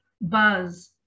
buzz